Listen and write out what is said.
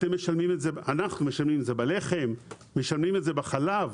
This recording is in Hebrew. אנחנו משלמים את זה בלחם, בחלב,